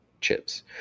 chips